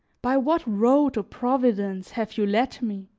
by what road, o providence! have you led me?